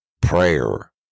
prayer